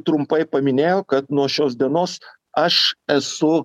trumpai paminėjo kad nuo šios dienos aš esu